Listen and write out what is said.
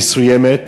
מסוימת,